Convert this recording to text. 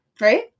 right